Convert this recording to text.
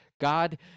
God